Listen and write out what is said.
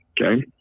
okay